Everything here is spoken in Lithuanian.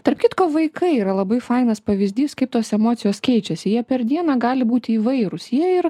tarp kitko vaikai yra labai fainas pavyzdys kaip tos emocijos keičiasi jie per dieną gali būti įvairūs jie ir